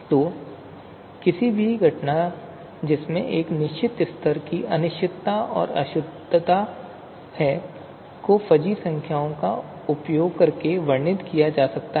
तो किसी भी घटना जिसमें एक निश्चित स्तर की अनिश्चितता और अशुद्धता है को फजी संख्याओं का उपयोग करके वर्णित किया जा सकता है